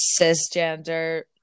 cisgender